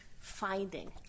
finding